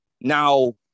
now